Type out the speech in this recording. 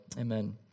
Amen